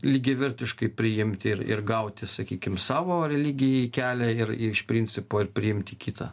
lygiavertiškai priimti ir ir gauti sakykim savo religijai kelią ir iš principo ir priimti kitą